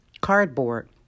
cardboard